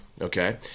Okay